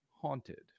Haunted